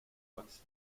max